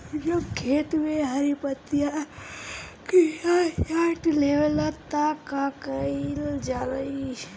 जब खेत मे हरी पतीया किटानु चाट लेवेला तऽ का कईल जाई?